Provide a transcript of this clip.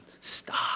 stop